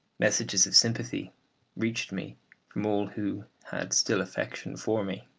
messages of sympathy reached me from all who had still affection for me.